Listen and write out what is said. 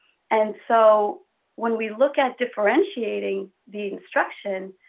and so when we look at differentiating the instruction,